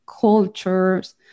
cultures